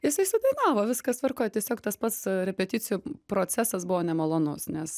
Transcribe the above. jisai sudainavo viskas tvarkoj tiesiog tas pats a repeticijų procesas buvo nemalonus nes